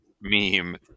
meme